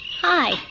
Hi